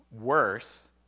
worse